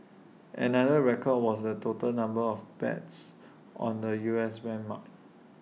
another record was the total number of bets on the U S benchmark